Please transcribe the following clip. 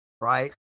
right